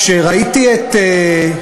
כשראיתי את,